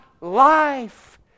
life